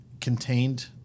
contained